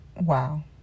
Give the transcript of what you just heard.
wow